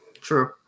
True